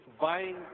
buying